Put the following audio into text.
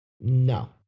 No